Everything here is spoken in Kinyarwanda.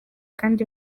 kandi